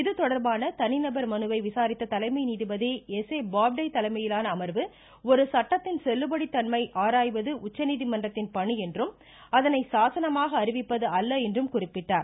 இது தொடர்பான தனிநபர் மனுவை விசாரித்த தலைமை நீதிபதி திரு எஸ் ஏ பாப்டே தலைமையிலான அமர்வு ஒரு சட்டத்தின் செல்லுபடி தன்மையை ஆராய்வதே உச்சநீதிமன்றத்தின் பணி என்றும் அதனை சாசனமாக அறிவிப்பது அல்ல என்றும் குறிப்பிட்டார்